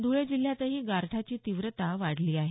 धुळे जिल्ह्यातही गारठ्याची तीव्रता वाढली आहे